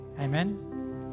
Amen